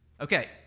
Okay